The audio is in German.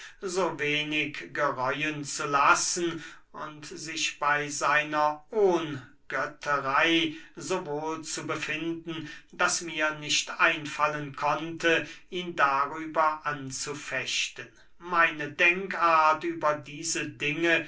so wenig gereuen zu lassen und sich bey seiner ohngötterey so wohl zu befinden daß mir auch nicht einfallen konnte ihn darüber anzufechten meine denkart über diese dinge